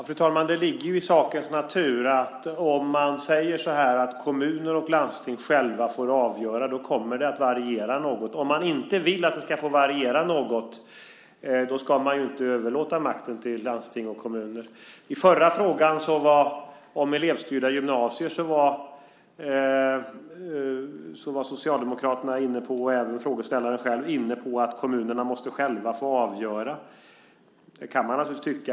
Fru talman! Det ligger ju i sakens natur att om man säger att kommuner och landsting själva får avgöra kommer det att variera något. Om man inte vill att det ska få variera något ska man ju inte överlåta makten till landsting och kommuner. I den förra frågan, om elevstyrda gymnasier, var Socialdemokraterna, och även frågeställaren själv, inne på att kommunerna själva måste få avgöra. Det kan man naturligtvis tycka.